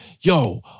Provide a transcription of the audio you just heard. yo